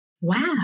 wow